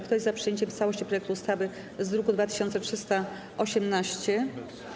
Kto jest za przyjęciem w całości projektu ustawy z druku nr 2318?